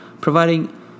providing